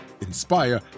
inspire